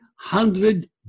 hundred